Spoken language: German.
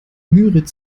müritz